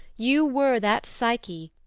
you were that psyche,